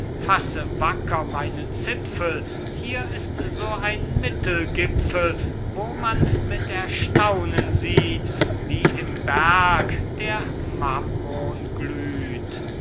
meinen zipfel hier ist so ein mittelgipfel wo man mit erstaunen sieht wie im berg der mammon glüht